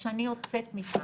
כשאני יוצאת מכאן,